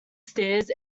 stairs